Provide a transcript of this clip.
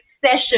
session